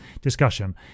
discussion